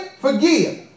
forgive